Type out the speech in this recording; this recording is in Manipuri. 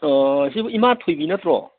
ꯑꯥ ꯁꯤꯕꯨ ꯏꯃꯥ ꯊꯣꯏꯕꯤ ꯅꯠꯇ꯭ꯔꯣ